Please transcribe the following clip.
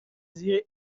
زیر